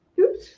Oops